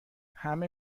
همه